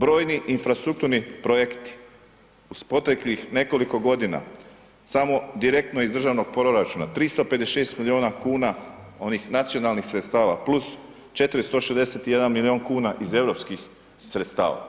Brojni infrastrukturni projekti uz proteklih nekoliko godina samo direktno iz državnog proračuna 356 milijuna kuna onih nacionalnih sredstava, plus 461 milijun kuna iz europskih sredstava,